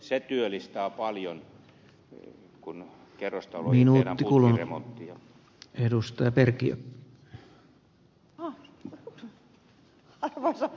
se työllistää paljon kun kerrostaloihin eivät kuulu maan edustaja terci tehdään putkiremontteja